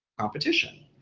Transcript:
competition,